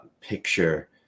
picture –